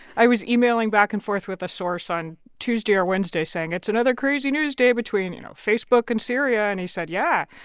i was emailing back and forth with a source on tuesday or wednesday, saying it's another crazy news day between, you know, facebook and syria. and he said, yeah,